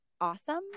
awesome